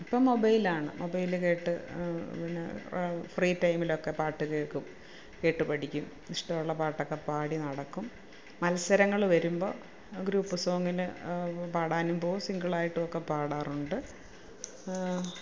ഇപ്പോൾ മൊബൈലാണ് മൊബൈൽ കേട്ട് പിന്നെ ഫ്രീ ടൈമിലൊക്കെ പാട്ടു കേൾക്കും കേട്ടു പഠിക്കും ഇഷ്ടവുള്ള പാട്ടൊക്കെ പാടി നടക്കും മത്സരങ്ങൾ വരുമ്പോൾ ഗ്രൂപ്പ് സോങ്ങിന് പാടാനും പോവും സിങ്കിളായിട്ടുമൊക്കെ പാടാറുണ്ട്